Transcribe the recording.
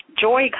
Joy